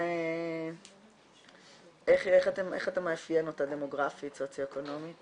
איך אתה מאפיין את האוכלוסייה שלכם